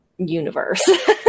universe